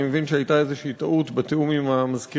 אני מבין שהייתה איזו טעות בתיאום עם המזכירות,